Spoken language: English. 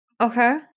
Okay